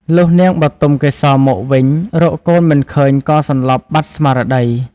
លុះនាងបុទមកេសរមកវិញ រកកូនមិនឃើញក៏សន្លប់បាត់ស្មារតី។